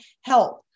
help